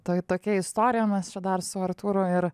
tai tokia istorija mes čia dar su artūru ir